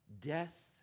death